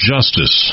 justice